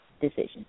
decision